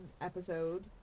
episode